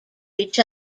each